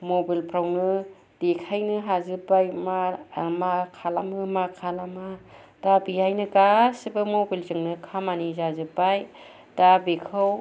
mobile फ्रावनो देखायनो हाजोबबाय मा मा खालामो मा खालामा दा बेहायनो गासैबो मबाइल जोंनो खामानि जाजोबबाय दा बेखौ